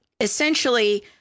essentially